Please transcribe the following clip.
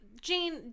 Jane